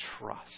trust